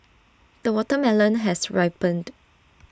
the watermelon has ripened